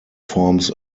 forms